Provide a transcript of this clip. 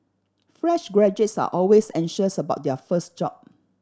fresh graduates are always anxious about their first job